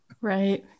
right